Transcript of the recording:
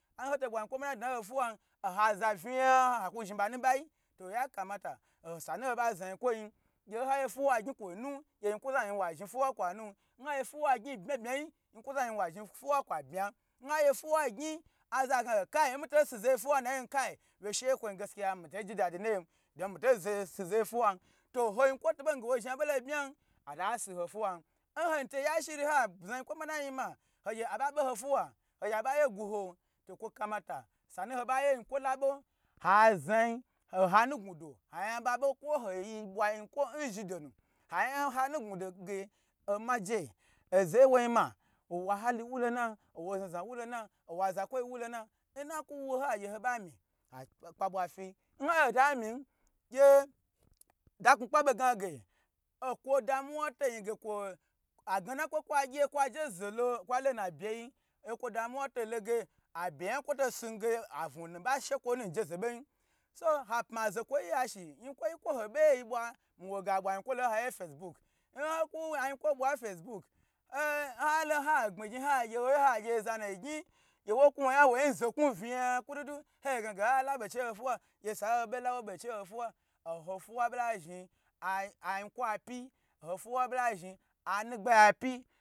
Nhoto bwa yinkwo manayi ina ho fuwa nhoza vna haku zhni ba nubayi to ya kamata sa hiba zna yinkwo yin gye nha gye fiwa gyn kwo nu gye yinkwo zanu zhni fuwa kwo nun nho gy fiwa gyn n bma bma yi yinkwo zanu zhni kwa bye nhagye fuwa gyi aza gna ge nmito si za ye fiwa nayon kai wye she ye kwo yi mito ji dadi nayen don mito si ze fiwan don oho yinkwo tobo gna ga wo zha bolo bma ata si ho fiwan nho to ya shiri ha zna yinkwo manayi ma hogye aba beho fuwa, ho gye aba ye gaho to kwa kamata sanu ho ba ye yinkwo labo azna yin anugudo ayan babo kwo boyi bwa yin kwo nzhi do na ayin ha nug mudo ge omaje azaye wato woyin ma owa hali walo na owo zna zna wulona owo zakwoyi wulona inaku wu ho hagye ho ba mi kakpa bwa fi nhagye ho ta min gye daknukpa be gna ge okwo jamu to yi ga agna kwo kwa gye kwa je ze lo kwa lo naby yi gye kwa damuwa to lo gyi abiju ya kwo to si avna nu ba she kwa nuje ze be yi se ha pma zokwo yi ye shi kwo ho bei bwa mi woge abwa yinkwu len ho yiye a facebook nhiku ayinkwo bwa n facebook e ei nha loha abmi ghyn ha gye zanugyin nwa kwwo yan zokwa vna ku dudu oha labe cheyi nho fuwa gye sa hoba wo becheyi hofuwa ohofiwa bo la zhni oyinkwo apyi oho fiwa bola zhni anugba yi apyi.